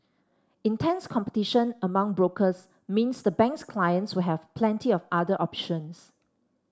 intense competition among brokers means the bank's clients will have plenty of other options